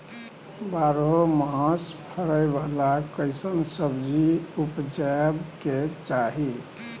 बारहो मास फरै बाला कैसन सब्जी उपजैब के चाही?